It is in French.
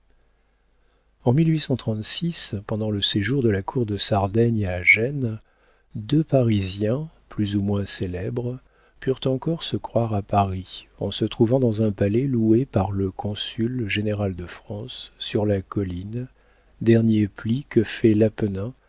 en pendant le séjour de la cour de sardaigne à gênes deux parisiens plus ou moins célèbres purent encore se croire à paris en se trouvant dans un palais loué par le consul général de france sur la colline dernier pli que fait